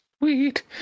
sweet